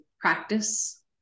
practice